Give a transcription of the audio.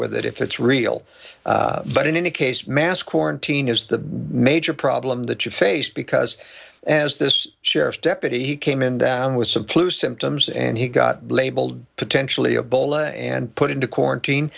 with it if it's real but in any case mass quarantine is the major problem that you face because as this sheriff's deputy came in down with some flu symptoms and he got labeled potentially a bola and put into quarantine